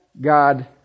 God